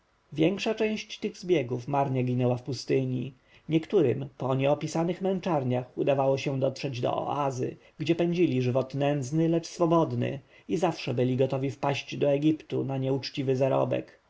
większa część tych zbiegów marnie ginęła w pustyni niektórym po nieopisanych męczarniach udawało się dotrzeć do oazy gdzie pędzili żywot nędzny lecz swobodny i zawsze byli gotowi wpaść do egiptu na nieuczciwy zarobek